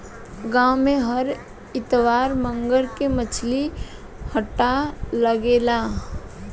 गाँव में हर इतवार मंगर के मछली हट्टा लागेला